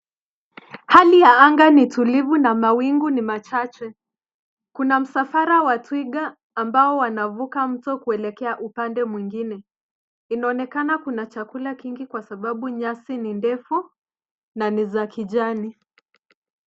Hali ya anga ni tulivu na mawingu ni machache. Kuna msafara wa twiga ambao wanavuka mto kuelekea upande mwingine. Inaonekna kuna chakula kingi kwa sababu nyasi ni ndefu na ni za kijani.